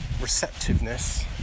receptiveness